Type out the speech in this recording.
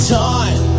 time